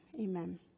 Amen